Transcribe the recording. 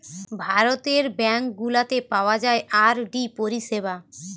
ভারতের ব্যাঙ্ক গুলাতে পাওয়া যায় আর.ডি পরিষেবা